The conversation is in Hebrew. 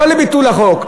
לא לבטל את החוק,